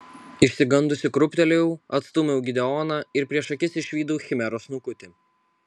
išsigandusi krūptelėjau atstūmiau gideoną ir prieš akis išvydau chimeros snukutį